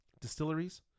distilleries